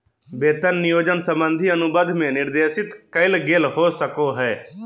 वेतन नियोजन संबंधी अनुबंध में निर्देशित कइल गेल हो सको हइ